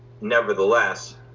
Nevertheless